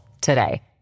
today